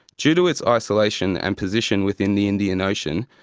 due to its isolation and position within the indian ocean,